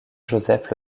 joseph